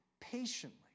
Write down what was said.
patiently